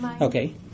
okay